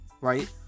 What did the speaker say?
right